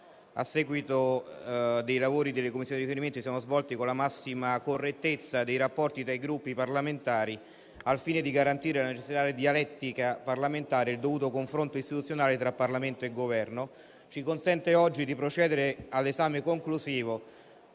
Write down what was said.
che i lavori delle Commissioni di riferimento si sono svolti con la massima correttezza dei rapporti tra i Gruppi parlamentari, al fine di garantire la necessaria dialettica parlamentare e il dovuto confronto istituzionale tra Parlamento e Governo. Questo ci consente oggi di procedere all'esame conclusivo